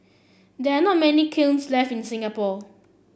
there are not many kilns left in Singapore